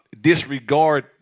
disregard